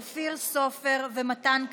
אופיר סופר ומתן כהנא.